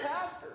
pastor